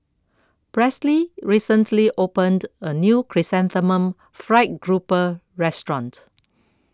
Presley recently opened a new Chrysanthemum Fried Grouper restaurant